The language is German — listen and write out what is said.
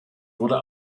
wurde